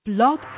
Blog